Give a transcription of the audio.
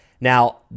Now